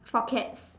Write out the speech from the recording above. for cats